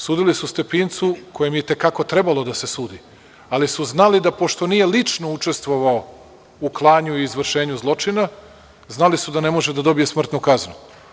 Sudili su Stepincu kojem je i te kako trebalo da se sudi, ali su znali da pošto nije lično učestvovao u klanju i izvršenju zločina, znali su da ne može da dobije smrtnu kaznu.